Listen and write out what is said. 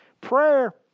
Prayer